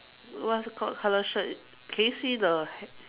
what is it called colour shirt can you see the